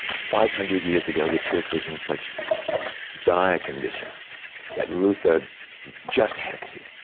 five hundred years ago the church was in such dire condition that luther just had to,